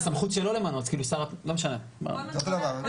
--- סמכות שלא למנות --- זה אותו דבר.